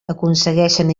aconsegueixen